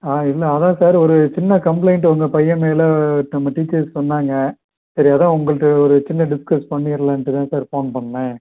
ஆ இன்னும் அதான் சார் ஒரு சின்ன கம்ப்ளைன்ட் உங்கள் பையன் மேலே நம்ம டீச்சர்ஸ் சொன்னாங்க சரி அதான் உங்கள்கிட்ட ஒரு சின்ன டிஸ்கஸ் பண்ணிரலான்ட்டு தான் சார் ஃபோன் பண்ணேன்